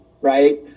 right